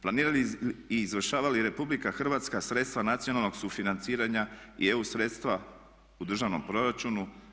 Planira li i izvršava li RH sredstva nacionalnog sufinanciranja i EU sredstva u državnom proračunu?